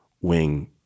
wing